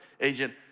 agent